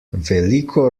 veliko